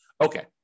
Okay